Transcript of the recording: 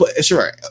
sure